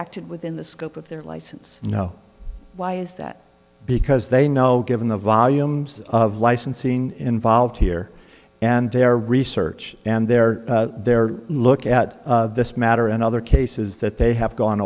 acted within the scope of their license no why is that because they know given the volumes of licensing involved here and their research and their their look at this matter and other cases that they have gone